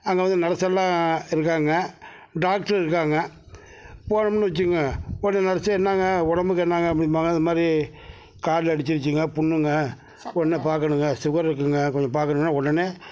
அங்கே வந்து நர்ஸல்லாம் இருக்காங்க டாக்டரு இருக்காங்க போனோம்னு வச்சிக்கோங்க உடனே நர்ஸ் என்னங்க உடம்புக்கு என்னங்க அப்படின்பாங்க அந்த மாதிரி காலில் இடிச்சிருச்சுங்க புண்ணுங்க ஒடனே பார்க்கணுங்க சுகர் இருக்குங்க கொஞ்சம் பார்க்கணுனா உடனே